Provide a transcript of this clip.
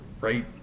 right